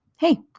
hey